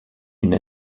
une